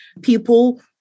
people